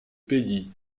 pays